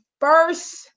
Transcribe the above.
first